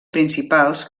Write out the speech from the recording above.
principals